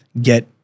get